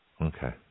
Okay